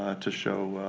ah to show